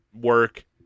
work